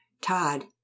Todd